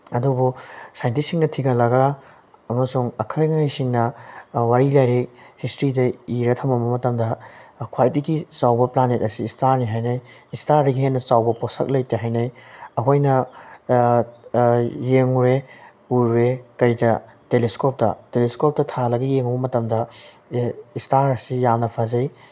ꯑꯗꯨꯕꯨ ꯁꯥꯏꯟꯇꯤꯁꯁꯤꯡꯅ ꯊꯤꯒꯠꯂꯒ ꯑꯃꯁꯨꯡ ꯑꯈꯪ ꯑꯍꯩꯁꯤꯡꯅ ꯋꯥꯔꯤ ꯂꯥꯏꯔꯤꯛ ꯍꯤꯁꯇ꯭ꯔꯤꯗ ꯏꯔꯒ ꯊꯅꯝꯕ ꯃꯇꯝꯗ ꯈ꯭ꯋꯥꯏꯗꯒꯤ ꯆꯥꯎꯕ ꯄ꯭ꯂꯥꯅꯦꯠ ꯑꯁꯤ ꯏꯁꯇꯥꯔꯅꯤ ꯍꯥꯏꯅꯩ ꯏꯁꯇꯥꯔꯗꯒꯤ ꯍꯦꯟꯅ ꯆꯥꯎꯕ ꯄꯣꯠꯁꯛ ꯂꯩꯇꯦ ꯍꯥꯏꯅꯩ ꯑꯩꯈꯣꯏꯅ ꯌꯦꯡꯉꯨꯔꯦ ꯎꯔꯨꯔꯦ ꯀꯩꯗ ꯇꯦꯂꯦꯁꯀꯣꯞꯇ ꯇꯦꯂꯦꯁꯀꯣꯞꯇ ꯊꯥꯜꯂꯒ ꯌꯦꯡꯉꯨꯕ ꯃꯇꯝꯗ ꯏꯁꯇꯥꯔ ꯑꯁꯤ ꯌꯥꯝꯅ ꯐꯖꯩ